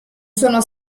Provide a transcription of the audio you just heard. sono